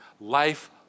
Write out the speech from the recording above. life